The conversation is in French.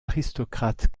aristocrates